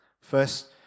First